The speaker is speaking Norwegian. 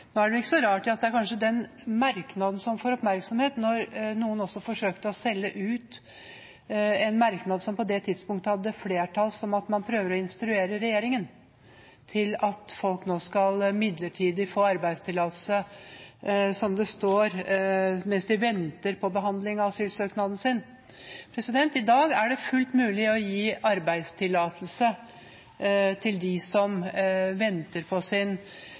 Nå er det kanskje ikke så rart at det er den merknaden som får oppmerksomhet, når noen også forsøkte å selge ut en merknad som på det tidspunktet hadde flertall, som at man prøver å instruere regjeringen til at folk nå skal få midlertidig arbeidstillatelse, som det står, mens de «venter på behandling av asylsøknaden». I dag er det fullt mulig å gi arbeidstillatelse til dem som venter på å få avklart sin